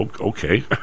Okay